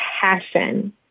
passion